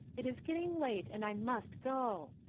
it is getting late and i must go.